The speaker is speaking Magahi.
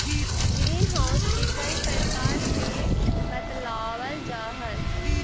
ग्रीन हाउस के कई प्रकार बतलावाल जा हई